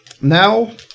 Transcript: Now